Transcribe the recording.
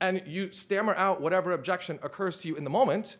and you stammer out whatever objection occurs to you in the moment